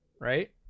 right